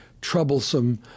troublesome